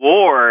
War